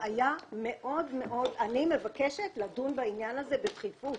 אני מבקשת לדון בעניין הזה בדחיפות,